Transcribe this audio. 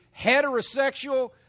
heterosexual